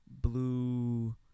blue